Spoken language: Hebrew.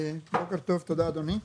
בוקר טוב, תודה אדוני.